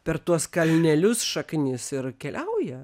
per tuos kalnelius šaknis ir keliauja